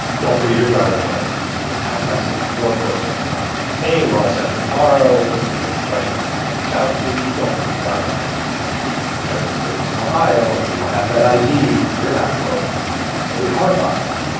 don't forget your driver's license. the text message before closing hey, we're all set for tomorrow. if you have any questions, reach out to me. don't forget your driver's license because at least in ohio if you don't have that id, you're not closing so we harp on it.